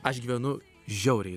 aš gyvenu žiauriai